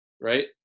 right